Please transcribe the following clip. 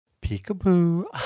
Peek-a-boo